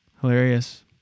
Hilarious